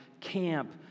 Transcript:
camp